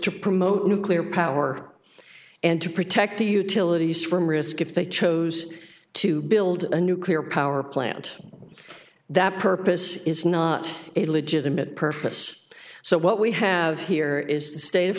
to promote nuclear power and to protect the utilities from risk if they chose to build a nuclear power plant that purpose is not a legitimate purpose so what we have here is the state of